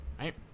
Right